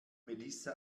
melissa